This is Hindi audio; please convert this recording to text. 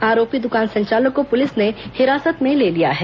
आरोपी दुकान संचालक को पुलिस ने हिरासत में ले लिया है